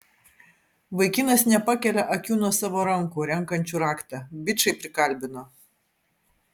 vaikinas nepakelia akių nuo savo rankų renkančių raktą bičai prikalbino